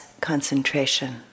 Concentration